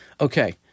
okay